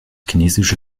chinesische